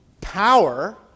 power